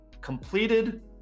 completed